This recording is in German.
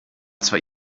zwar